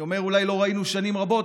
אני אומר "אולי לא ראינו שנים רבות",